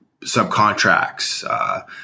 subcontracts